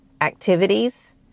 activities